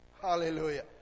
Hallelujah